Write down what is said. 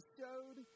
showed